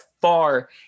far